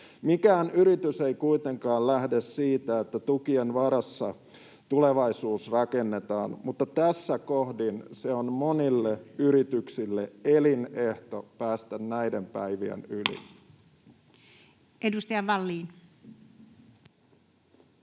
Mikään yritys ei kuitenkaan lähde siitä, että tukien varassa tulevaisuus rakennetaan, mutta tässä kohdin se on monille yrityksille elinehto päästä näiden päivien yli. [Speech 5]